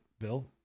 bill